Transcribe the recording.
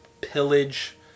pillage